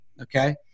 Okay